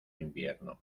invierno